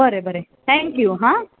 बरें बरें थँक्यू हा